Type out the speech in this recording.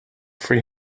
free